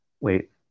wait